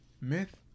Myth